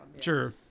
Sure